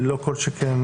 לא כל שכן,